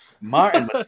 Martin